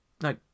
No